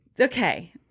Okay